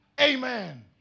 Amen